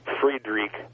Friedrich